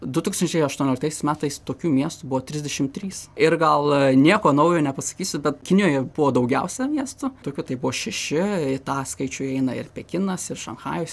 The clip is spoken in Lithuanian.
du tūkstančiai aštuonioliktaisiais metais tokių miestų buvo trisdešim trys ir gal nieko naujo nepasakysiu bet kinijoje buvo daugiausia miestų tokių tai buvo šeši į tą skaičių įeina ir pekinas ir šanchajus